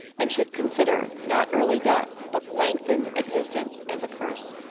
and should consider, not early death, but lengthened existence, as a curse.